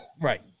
Right